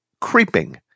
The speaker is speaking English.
creeping